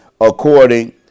according